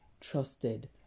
trusted